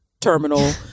terminal